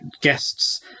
guests